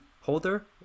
holder